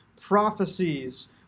prophecies